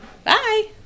Bye